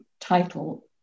title